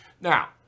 Now